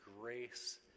grace